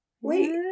Wait